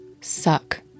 suck